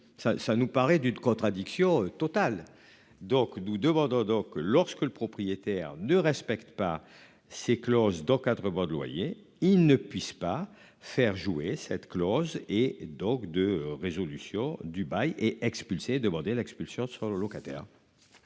ça nous paraît du de contradiction totale. Donc nous demandons donc que lorsque le propriétaire ne respecte pas ces clauses d'encadrement de loyer, il ne puisse pas faire jouer cette clause et donc de résolution du bail et expulsé demandé l'expulsion sur le locataire.